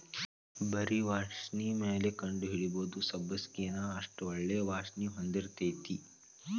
ಬರಿ ವಾಸ್ಣಿಮ್ಯಾಲ ಕಂಡಹಿಡಿಬಹುದ ಸಬ್ಬಸಗಿನಾ ಅಷ್ಟ ಒಳ್ಳೆ ವಾಸ್ಣಿ ಹೊಂದಿರ್ತೈತಿ